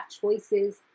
choices